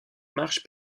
marche